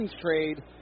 trade